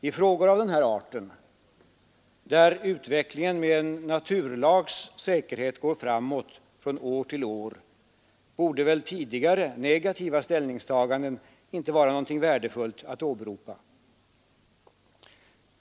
I frågor av den här arten — där utvecklingen med en naturlags säkerhet går framåt från år till år — borde väl tidigare, negativa ställningstaganden inte vara någonting att åberopa.